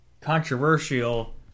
controversial